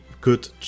good